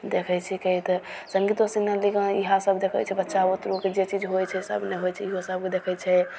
देखय छिकै तऽ संगीतो सिन्हा लेके ने इएहे सभ देखय छै बच्चा बुतरूक जे चीज होइ छै सभ नहि होइ छै इहो सभके देखय छै